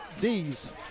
D's